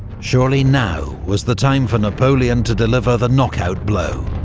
surely now was the time for napoleon to deliver the knockout blow.